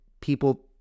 people